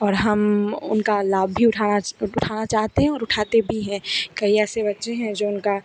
और हम उनका लाभ भी उठाना उठाना चाहते हैं और उठाते भी हैं कई ऐसे बच्चे हैं जो उनका